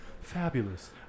fabulous